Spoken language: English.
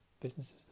businesses